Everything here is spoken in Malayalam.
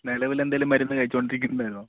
നിലവിൽ എന്തെങ്കിലും മരുന്ന് കഴിച്ചു കൊണ്ടിരിക്കുന്നതാണോ